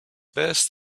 best